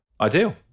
Ideal